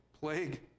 plague